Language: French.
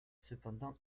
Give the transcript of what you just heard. cependant